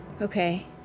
Okay